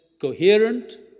coherent